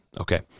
Okay